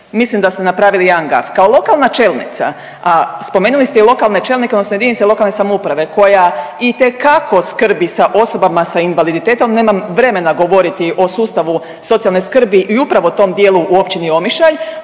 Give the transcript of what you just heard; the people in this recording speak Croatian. mislim da ste napravili jedan gaf. Kao lokalna čelnica, a spomenuli ste i lokalne čelnike odnosno JLS, koja itekako skrbi sa osobama sa invaliditetom, nemam vremena govoriti o sustavu socijalne skrbi i upravo tom dijelu u Općini Omišalj,